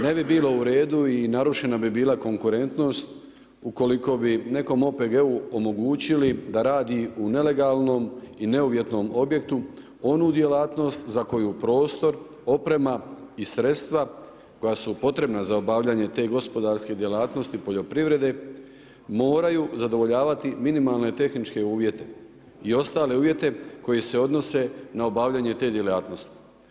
Ne bi bilo uredu i narušena bi bila konkurentnost ukoliko bi nekom OPG-u omogućili da radi u nelegalnom i ne uvjetnom objektu onu djelatnost za koju prostor, oprema i sredstva koja su potrebna za obavljanje te gospodarske djelatnosti i poljoprivrede moraju zadovoljavati minimalne tehničke uvjete i ostale uvjete koje se odnose na obavljanje te djelatnosti.